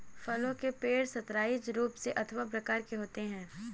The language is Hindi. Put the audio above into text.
फलों के पेड़ सताइस रूपों अथवा प्रकार के होते हैं